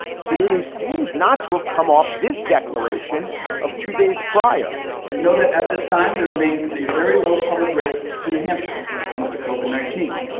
sununu seems not to have come off this declaration of two days prior we know that at this time there remains a very little public risk to new hampshire when it comes to the nineteen,